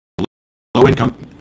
low-income